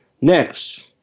Next